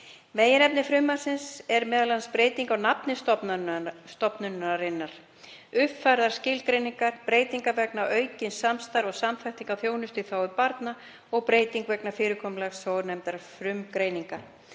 Meginefni frumvarpsins er m.a. breyting á nafni stofnunarinnar, uppfærðar skilgreiningar, breytingar vegna aukins samstarfs og samþættingar þjónustu í þágu barna og breyting vegna fyrirkomulags svonefndrar frumgreiningar.